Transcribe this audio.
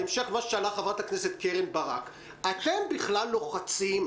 בהמשך לשאלה של חברת הכנסת קרן ברק: אתם בכלל לוחצים?